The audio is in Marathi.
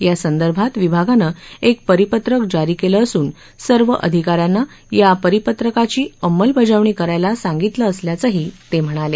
या संदर्भात विभागानं एक परिपत्रक जारी केलं असून सर्व अधिका यांना या परिपत्रकाची अंमलबजावणी करायला सांगितलं असल्याचंही ते म्हणाले